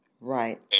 Right